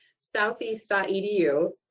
southeast.edu